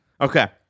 Okay